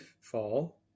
fall